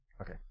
Okay